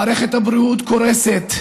מערכת הבריאות קורסת,